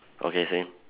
okay same